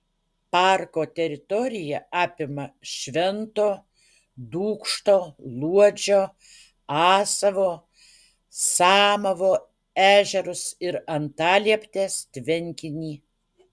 parko teritorija apima švento dūkšto luodžio asavo samavo ežerus ir antalieptės tvenkinį